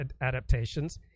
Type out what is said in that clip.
adaptations